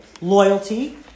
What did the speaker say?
Loyalty